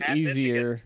easier